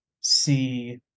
see